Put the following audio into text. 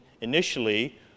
initially